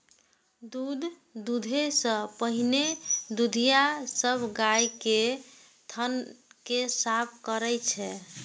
दूध दुहै सं पहिने दुधिया सब गाय के थन कें साफ करै छै